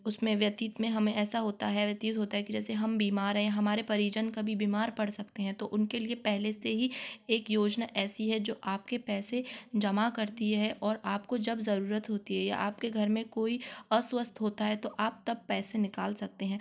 उसमें व्यतित में हमें ऐसा होता है व्यतित होता है कि जैसे हम बीमार है हमारे परिजन कभी बीमार पड़ सकते हैं तो उनके लिए पहले से ही एक योजना ऐसी है जो आपके पैसे जमा करती है और आपको जब जरुरत होती है या आपके घर में कोई अस्वस्थ होता है तो आप तब पैसे निकाल सकते हैं